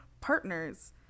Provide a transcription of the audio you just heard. partners